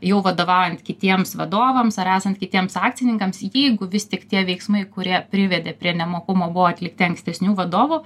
jau vadovaujant kitiems vadovams ar esant kitiems akcininkams jeigu vis tik tie veiksmai kurie privedė prie nemokumo buvo atlikti ankstesnių vadovų